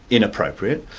inappropriate,